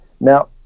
Now